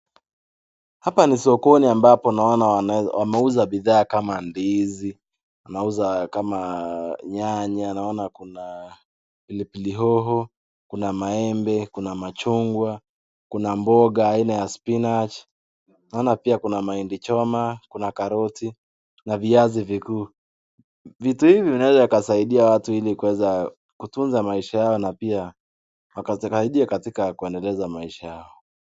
Hapa ni sokoni ambapo naona wanawe wameuza bidhaa kama ndizi wanauza kama yanya naona kuna pilipili hoho kuna maembe kuna mchungwa kuna mboga haina ya spinach naona pia kuna mahindi choma kuna karoti na viazi vikuu. Vitu hivi vinaweza kusaidia watu kuweza kutunza maisha yao na pia pakatarajia katika kuendeleza maisha yao.